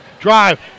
Drive